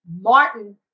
Martin